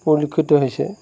পৰিলক্ষিত হৈছে